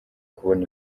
kubona